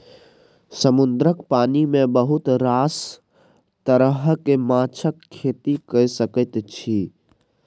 समुद्रक पानि मे बहुत रास तरहक माछक खेती कए सकैत छी